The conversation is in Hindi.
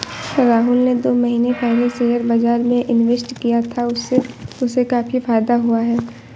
राहुल ने दो महीने पहले शेयर बाजार में इन्वेस्ट किया था, उससे उसे काफी फायदा हुआ है